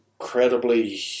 incredibly